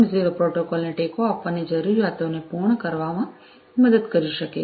0 પ્રોટોકોલોને ટેકો આપવાની જરૂરિયાતોને પૂર્ણ કરવામાં મદદ કરી શકે છે